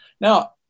Now